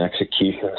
execution